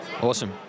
awesome